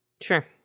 Sure